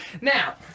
Now